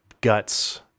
guts